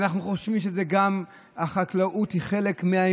אנחנו חושבים שהחקלאות היא גם חלק מהאמונה.